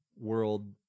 world